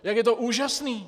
Jak je to úžasný!